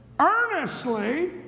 Earnestly